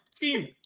team